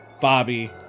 Bobby